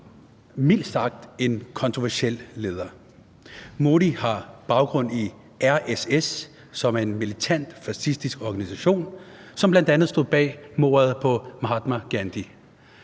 mildt sagt en kontroversiel leder. Modi har baggrund i RSS, som er en militant fascistisk organisation, som bl.a. stod bag mordet på Mahatma Gandhi.